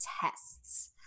tests